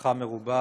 בהצלחה מרובה.